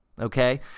Okay